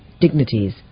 dignities